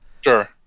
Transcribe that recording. Sure